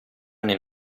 nel